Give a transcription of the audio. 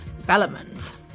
development